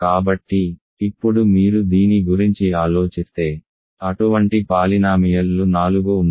కాబట్టి ఇప్పుడు మీరు దీని గురించి ఆలోచిస్తే అటువంటి పాలినామియల్ లు నాలుగు ఉన్నాయి